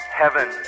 heaven